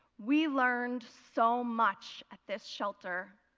we learned so much at this shelter.